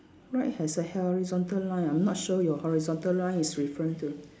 right has a horizontal line I'm not sure your horizontal line is referring to